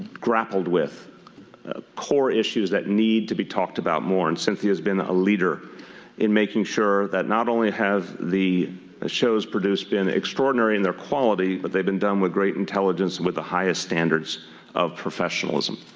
grappled with core issues that need to be talked about more. and cynthia has been a leader in making sure that not only has the shows produced been extraordinary in their quality, but they've been done with great intelligence with the highest standards of professionalism.